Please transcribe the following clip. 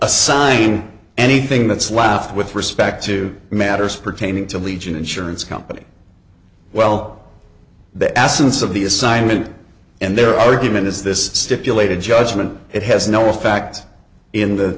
assigning anything that's left with respect to matters pertaining to legian insurance company well the essence of the assignment and their argument is this stipulated judgment it has no effect in the